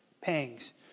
pangs